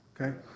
Okay